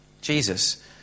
Jesus